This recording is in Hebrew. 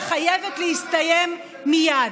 שחייבת להסתיים מייד.